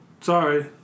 sorry